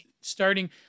starting